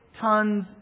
tons